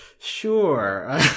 Sure